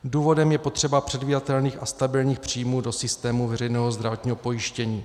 Důvodem je potřeba předvídatelných a stabilních příjmů do systému veřejného zdravotního pojištění.